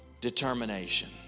determination